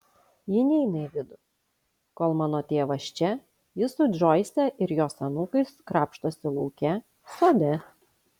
ji neina į vidų kol mano tėvas čia ji su džoise ir jos anūkais krapštosi lauke sode